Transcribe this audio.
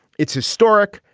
it's historic.